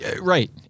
Right